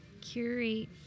curate